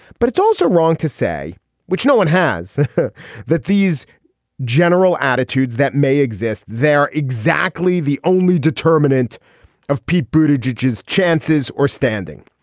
but it's also wrong to say which no one has that these general attitudes that may exist. they're exactly the only determinant of pete british judges chances or standing.